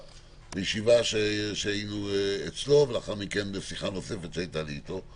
בישיבה אצלו ולאחר מכן בשיחה נוספת שהיתה לי איתו.